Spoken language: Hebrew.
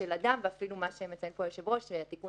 -- ואפילו מה שמציין פה היושב-ראש, התיקון